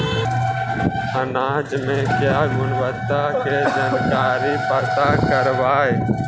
अनाज मे क्या गुणवत्ता के जानकारी पता करबाय?